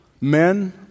men